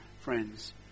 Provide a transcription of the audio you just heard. friends